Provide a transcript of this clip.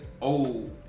old